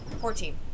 Fourteen